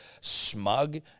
smug